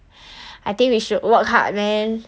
I think we should work hard man